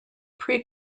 pre